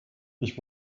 ich